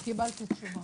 קיבלתי תשובה.